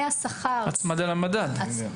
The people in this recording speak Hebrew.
הצמדה למדד.